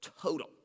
total